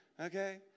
Okay